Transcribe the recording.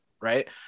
right